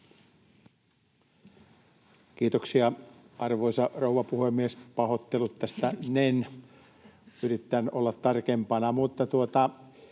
Kiitoksia, arvoisa rouva puhemies! Pahoittelut tästä ”-nen-asiasta” — yritetään olla tarkempana.